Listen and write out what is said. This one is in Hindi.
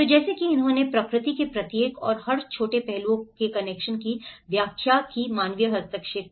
तो जैसे कि उन्होंने प्रकृति के प्रत्येक और हर छोटे पहलुओं के कनेक्शन की व्याख्या की मानवीय हस्तक्षेप